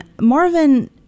Marvin